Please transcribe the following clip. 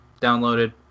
Downloaded